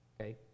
Okay